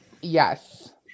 Yes